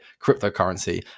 cryptocurrency